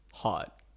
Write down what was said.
Hot